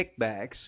kickbacks